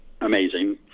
amazing